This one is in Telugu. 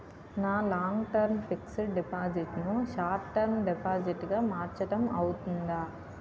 నా లాంగ్ టర్మ్ ఫిక్సడ్ డిపాజిట్ ను షార్ట్ టర్మ్ డిపాజిట్ గా మార్చటం అవ్తుందా?